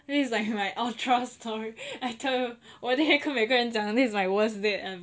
this is like my ultra story I tell you 我一定和每个人讲 this is my worst date ever